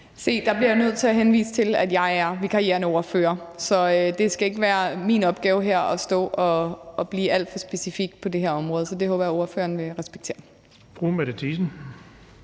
Se, der bliver jeg nødt til at henvise til, at jeg er vikarierende ordfører. Det skal ikke være min opgave at stå her at blive alt for specifik på det her område, så det håber jeg at ordføreren vil respektere.